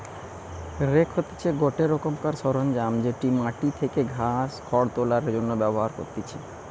rake হতিছে গটে রোকমকার সরঞ্জাম যেটি মাটি থেকে ঘাস, খড় তোলার জন্য ব্যবহার করতিছে